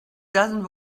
doesn’t